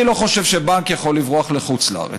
אני לא חושב שבנק יכול לברוח לחוץ-לארץ.